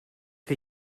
que